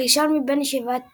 הראשון מבין שבעת